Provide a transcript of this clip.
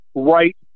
right